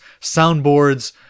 soundboards